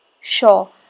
Sure